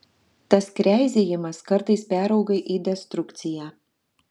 tas kreizėjimas kartais perauga į destrukciją